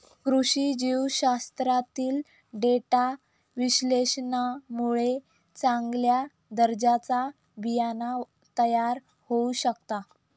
कृषी जीवशास्त्रातील डेटा विश्लेषणामुळे चांगल्या दर्जाचा बियाणा तयार होऊ शकता